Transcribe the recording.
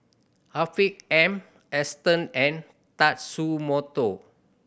Afiq M Aston N and Tatsumoto